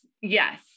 yes